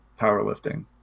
powerlifting